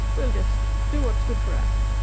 we'll just do what's good for us.